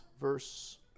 verse